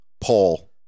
Paul